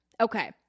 Okay